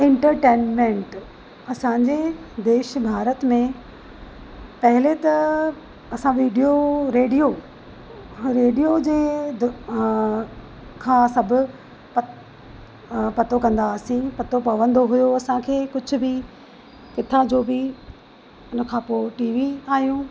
entertainment असांजे देश भारत में पहले त असां विडियो रेडियो रेडियो जे खां सभु पतो कंदासीं पतो पवंदो हुयो असांखे कुझु बि किथां जो बि उन खां पोइ टी वी आहियूं